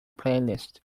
playlist